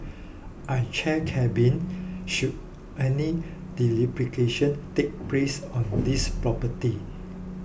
I chair carbine should any take place on this property